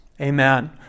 Amen